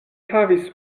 havis